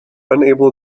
unable